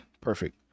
perfect